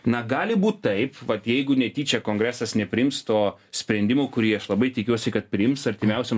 na gali būt taip vat jeigu netyčia kongresas nepriims to sprendimo kurį aš labai tikiuosi kad priims artimiausiom